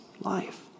life